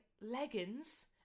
leggings